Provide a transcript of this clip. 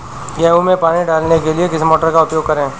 गेहूँ में पानी डालने के लिए किस मोटर का उपयोग करें?